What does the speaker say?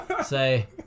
Say